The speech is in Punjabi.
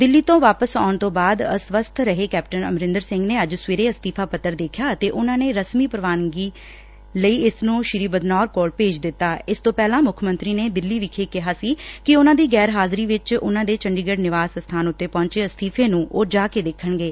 ਦਿੱਲੀ ਤੋਂ ਵਾਪਸ ਆਉਣ ਤੋਂ ਬਾਅਦ ਅਸਵਸਬ ਰਹੇ ਕੈਪਟਨ ਅਮਰਿੰਦਰ ਸਿੰਘ ਨੇ ਅੱਜ ਸਵੇਰੇ ਅਸਤੀਫਾ ਪੱਤਰ ਦੇਖਿਆ ਅਤੇ ਉਨਾਂ ਨੇ ਰਸਮੀ ਪੁਵਾਨਗੀ ਲੱਗੀ ਇਸ ਨੂੰ ਸ੍ਰੀ ਬਦਨੌਰ ਕੋਲ ਭੇਜ ਦਿੱਤਾ ਇਸ ਤੋਂ ਪਹਿਲਾ ਮੁੱਖ ਮੰਤਰੀ ਨੇ ਦਿੱਲੀ ਵਿੱਖੇ ਕਿਹਾ ਸੀ ਕਿ ਉਨੂਾ ਦੀ ਗੈਰ ਹਾਜ਼ਰੀ ਵਿਚ ਉਨੂਾ ਦੇ ਚੰਡੀਗੜੂ ਨਿਵਾਸ ਅਸਬਾਨ ਉਤੇ ਪਹੁੰਚੇ ਅਸਤੀਫ਼ੇ ਨੂੰ ਉਹ ਜਾ ਕੇ ਦੇਖਣਗੇ